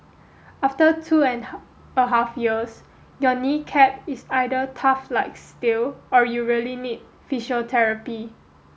after two and a half years your knee cap is either tough like steel or you really need physiotherapy